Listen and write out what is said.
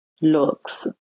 looks